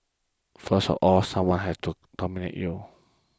first of all someone has to nominate you